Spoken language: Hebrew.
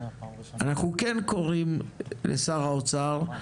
אנחנו כן קוראים לשר האוצר,